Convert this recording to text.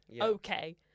okay